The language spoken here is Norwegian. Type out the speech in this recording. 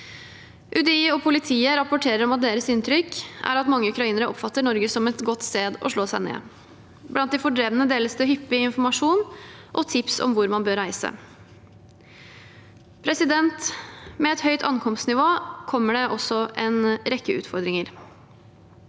UDI og politiet rapporterer om at deres inntrykk er at mange ukrainere oppfatter Norge som et godt sted å slå seg ned. Blant de fordrevne deles det hyppig informasjon og tips om hvor man bør reise. Med et høyt ankomstnivå kommer det også en rekke utfordringer.